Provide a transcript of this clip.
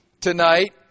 tonight